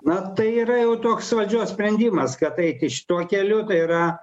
na tai yra jau toks valdžios sprendimas kad eiti šituo keliu tai yra